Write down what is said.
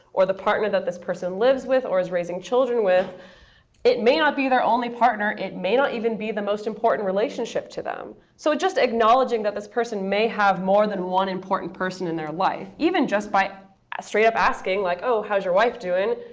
or the partner that this person lives with or is raising children with it may not be their only partner. it may not even be the most important relationship to them. so just acknowledging that this person may have more than one important person in their life, even just by straight up asking, like, oh, how's your wife doing?